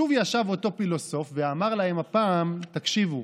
שוב ישב אותו פילוסוף ואמר להם הפעם, תקשיבו,